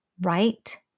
right